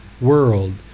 world